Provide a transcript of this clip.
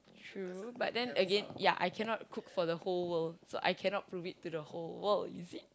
true but then again ya I cannot cook for the whole world so I cannot prove it to the whole world you see